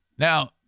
Now